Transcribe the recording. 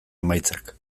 emaitzak